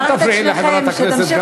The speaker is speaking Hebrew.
אל תפריעי לחברת הכנסת גמליאל.